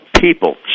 people